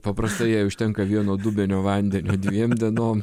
paprastai jai užtenka vieno dubenio vandenio dviem dienom